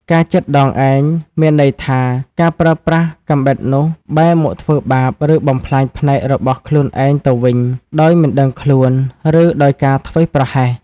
ការចិតដងឯង មានន័យថា ការប្រើប្រាស់កាំបិតនោះបែរមកធ្វើបាប ឬបំផ្លាញផ្នែករបស់ខ្លួនឯងទៅវិញ ដោយមិនដឹងខ្លួន ឬដោយការធ្វេសប្រហែស។